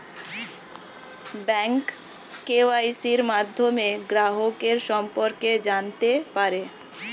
bank কেওয়াইসির মাধ্যমে গ্রাহকের সম্পর্কে জানতে পারে